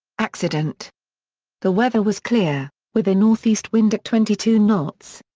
accident the weather was clear, with a northeast wind at twenty two knots.